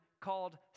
called